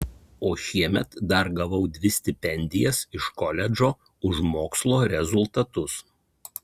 o šiemet dar gavau dvi stipendijas iš koledžo už mokslo rezultatus